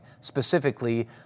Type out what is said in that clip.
specifically